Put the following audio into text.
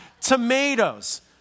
Tomatoes